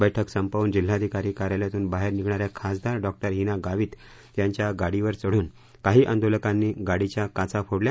बैठक संपवून जिल्हाधिकारी कार्यालयातून बाहेर निघणाऱ्या खासदार डॉ हिना गावित यांच्या गाडीवर चढून काही आंदोलकांनी गाडीच्या काचा फोडल्या